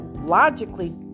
logically